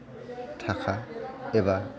थाखा एबा